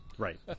Right